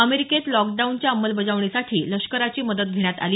अमेरिकेत लॉकडाऊनच्या अंमलबजावणीसाठी लष्कराची मदत घेण्यात आली